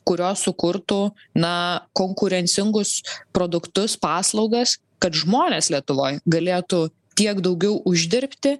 kurios sukurtų na konkurencingus produktus paslaugas kad žmonės lietuvoj galėtų tiek daugiau uždirbti